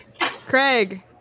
Craig